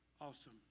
awesome